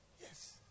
Yes